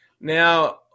Now